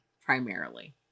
primarily